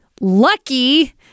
lucky